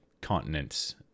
continents